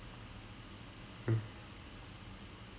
none of the doctors it didn't get better